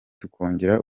tukongera